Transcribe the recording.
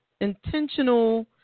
intentional